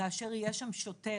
כאשר יהיה שם שוטר,